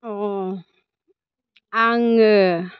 अ आङो